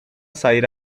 sair